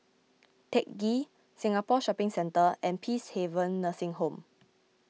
Teck Ghee Singapore Shopping Centre and Peacehaven Nursing Home